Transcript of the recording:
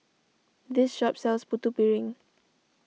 this shop sells Putu Piring